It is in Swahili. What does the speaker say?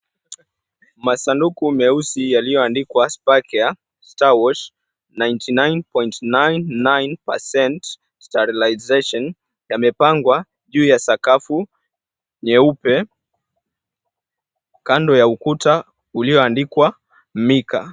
Masanduku meusi yaliyoandikwa Spar Care Star Wash 99.99% sterilisation yamepangwa juu ya sakafu nyeupe, kando ya ukuta ulioandikwa Mika.